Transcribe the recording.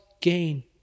gain